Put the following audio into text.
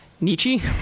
Nietzsche